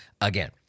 again